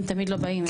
הם תמיד לא באים.